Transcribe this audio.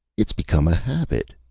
it's become a habit,